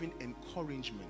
encouragement